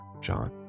john